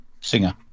Singer